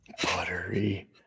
Buttery